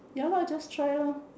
ya lah just try lor